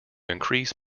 increase